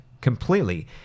completely